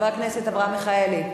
חבר הכנסת אברהם מיכאלי?